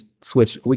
switch